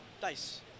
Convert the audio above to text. dice